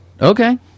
okay